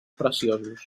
preciosos